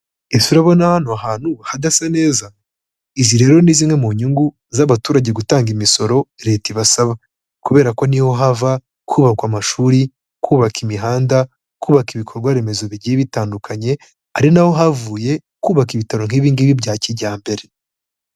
Ese urabona hano hantu hadasa neza, izi rero ni zimwe mu nyungu z'abaturage gutanga imisoro leta ibasaba, kubera ko niho hava kubaka amashuri, kubaka imihanda, kubaka ibikorwa remezo bigiye bitandukanye, ari naho havuye kubaka ibitaro nk'ibingibi bya kijyambere.